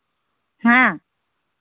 ᱦᱮᱸ